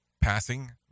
Passing